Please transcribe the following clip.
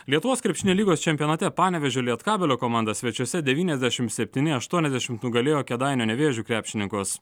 lietuvos krepšinio lygos čempionate panevėžio lietkabelio komanda svečiuose devyniasdešim septyni aštuoniasdešimt nugalėjo kėdainių nevėžio krepšininkus